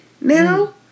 now